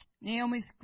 Naomi's